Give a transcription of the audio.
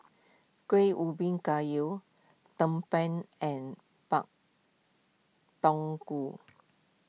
Kueh Ubi Kayu Tumpeng and Pak Thong Ko